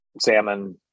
salmon